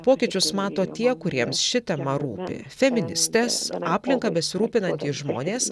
pokyčius mato tie kuriems ši tema rūpi feministes ar aplinka besirūpinantys žmonės